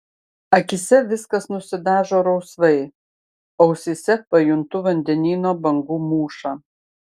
akyse viskas nusidažo rausvai ausyse pajuntu vandenyno bangų mūšą